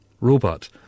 robot